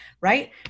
right